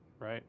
Right